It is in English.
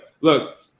Look